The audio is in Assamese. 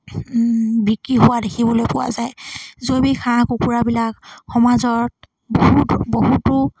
বিক্ৰী হোৱা দেখিবলৈ পোৱা যায় জৈৱিক হাঁহ কুকুৰাবিলাক সমাজত বহুত বহুতো